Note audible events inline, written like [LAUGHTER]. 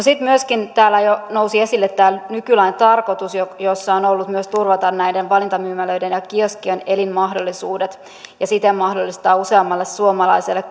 [UNINTELLIGIBLE] sitten myöskin täällä jo nousi esille tämä nykylain tarkoitus joka on ollut myös turvata näiden valintamyymälöiden ja kioskien elinmahdollisuudet ja siten mahdollistaa useammalle suomalaiselle [UNINTELLIGIBLE]